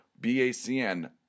BACN